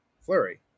flurry